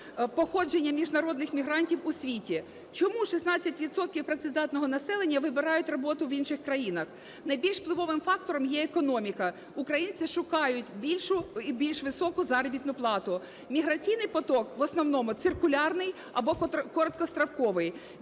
походження міжнародних мігрантів у світі. Чому 16 відсотків працездатного населення вибирають роботу в інших країнах? Найбільш впливовим фактором є економіка, українці шукають більшу і більш високу заробітну плату, міграційний поток в основному циркулярний або короткостроковий,